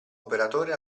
operatore